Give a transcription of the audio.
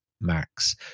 max